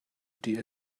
ṭih